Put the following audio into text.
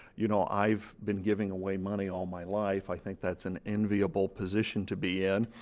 you know i've been giving away money all my life, i think that's an enviable position to be in.